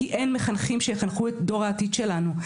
כי אין מחנכים שיחנכו את דור העתיד שלנו,